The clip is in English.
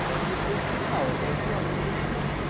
is an earthly power or authority infinite?